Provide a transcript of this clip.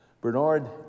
Bernard